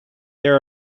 there